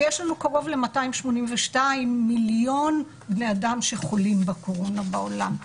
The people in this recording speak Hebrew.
ויש לנו קרוב ל-282 מיליון בני אדם שחולים בקורונה בעולם.